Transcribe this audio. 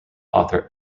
author